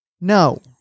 No